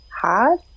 hard